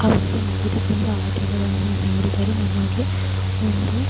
ಅವರು ನಡೆದು ಬಂದ ಹಾದಿಗಳನ್ನು ನೋಡಿದರೆ ನಮಗೆ ಒಂದು